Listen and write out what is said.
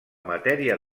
matèria